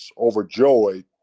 overjoyed